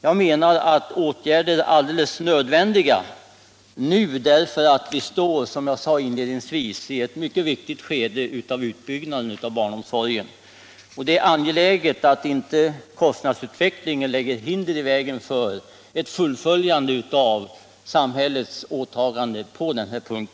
Jag menar att åtgärder är alldeles nödvändiga nu, eftersom vi som jag inledningsvis sade står i ett mycket viktigt skede av utbyggnaden av barnomsorgen. Det är angeläget att kostnadsutvecklingen inte lägger hinder i vägen för ett fullföljande av samhällets åtaganden på denna punkt.